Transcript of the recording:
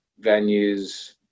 venues